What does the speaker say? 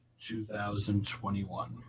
2021